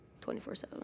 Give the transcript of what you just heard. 24-7